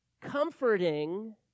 comforting